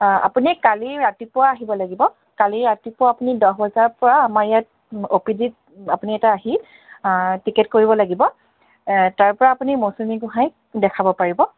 আপুনি কালি ৰাতিপুৱা আহিব লাগিব কালি ৰাতিপুৱা আপুনি দহ বজাৰপৰা আমাৰ ইয়াত অ' পি দিত আপুনি এটা আহি টিকেট কৰিব লাগিব তাৰপৰা আপুনি মৌচুমী গোঁহাইক দেখাব পাৰিব